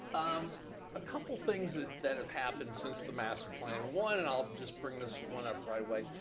um a couple things that that have happened since the master plan. one, and i'll just bring this one up right away,